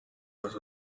was